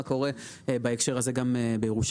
ומה קורה בהקשר הזה גם בירושלים,